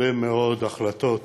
הרבה מאוד החלטות